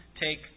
take